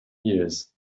years